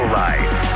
life